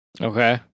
Okay